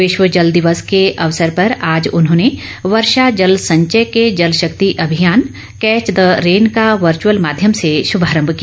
विश्व जल दिवस के अवसर पर आज उन्होंने वर्षा जल संचय के जल शक्ति अभियान कैच द रेन का वर्च्यअल माध्यम से शुभारंभ किया